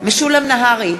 משולם נהרי,